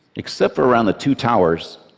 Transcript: except for around the two towers,